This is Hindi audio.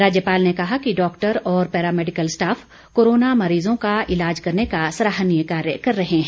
राज्यपाल ने कहा कि डॉक्टर और पैरा मैडिकल स्टाफ कोरोना मरीजों का इलाज करने का सराहनीय कार्य कर रहे हैं